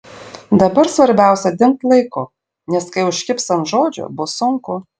dabar svarbiausia dingt laiku nes kai užkibs ant žodžio bus sunku